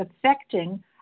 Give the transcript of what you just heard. affecting